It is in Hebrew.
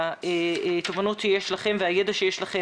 משרד הרווחה מעודד הכנסת מטופלי הימורים לקהילה טיפולית.